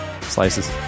Slices